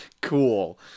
Cool